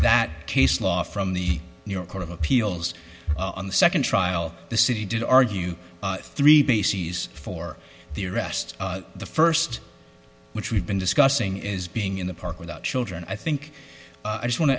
that case law from the new york court of appeals on the second trial the city did argue three bases for the arrest the first which we've been discussing is being in the park without children i think i just want to